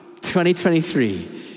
2023